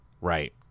right